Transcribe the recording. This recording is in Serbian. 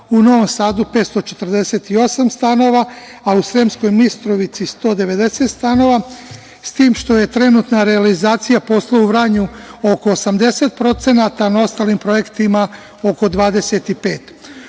u Novom Sadu 548 stanova, u Sremskoj Mitrovici 190 stanova, s tim što je trenutna realizacija posla u Vranju oko 80%, a na ostalim projektima oko